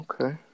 Okay